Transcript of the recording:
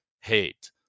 hate